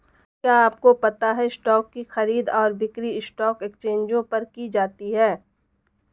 क्या आपको पता है स्टॉक की खरीद और बिक्री स्टॉक एक्सचेंजों पर की जाती है?